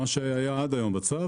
כפי שהיה קיים עד היום בצו,